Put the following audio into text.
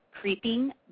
creeping